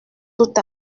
tout